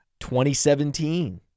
2017